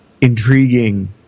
intriguing